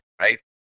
right